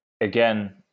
again